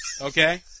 Okay